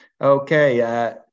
Okay